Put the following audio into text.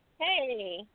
Hey